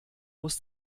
muss